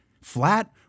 flat